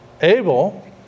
Abel